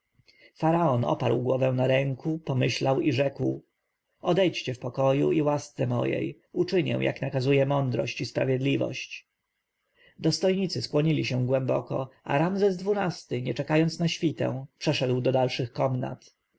faraon oparł głowę na ręku pomyślał i rzekł odejdźcie w spokoju i łasce mojej uczynię jak nakazuje mądrość i sprawiedliwość dostojnicy skłonili się głęboko a ramzes xii-ty nie czekając na świtę przeszedł do dalszych komnat